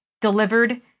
delivered